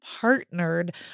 partnered